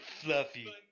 fluffy